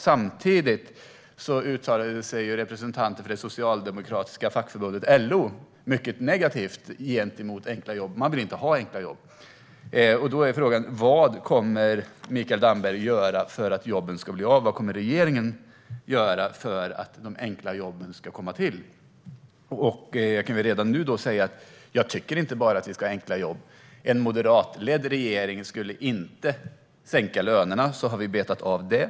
Samtidigt har representanter för det socialdemokratiska fackförbundet LO uttalat sig mycket negativt om enkla jobb. De vill inte ha enkla jobb. Frågan är vad Mikael Damberg kommer att göra för att jobben ska bli av. Vad kommer regeringen att göra för att de enkla jobben ska komma till stånd? Jag kan redan nu säga att jag inte tycker att vi bara ska ha enkla jobb. En moderatledd regering skulle inte sänka lönerna - så har vi betat av det.